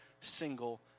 single